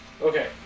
Okay